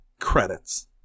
credits